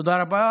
תודה רבה.